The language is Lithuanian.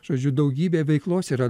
žodžiu daugybė veiklos yra